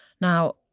Now